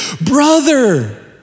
brother